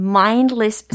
mindless